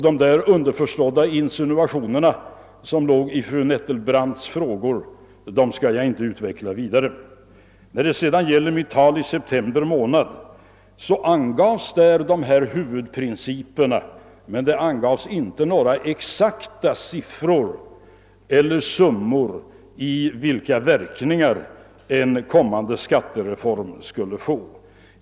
De underförstådda insinua tioner som låg i fru Nettelbrandts frågor skall jag inte utveckla vidare. I mitt tal i september månad angav jag huvudprinciperna men inte några exakta siffror beträffande vilka verkningar en kommande skattereform skulle få.